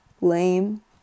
Lame